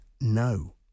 no